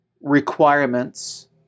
requirements